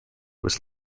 was